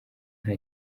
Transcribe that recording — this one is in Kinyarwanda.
nta